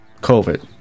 covid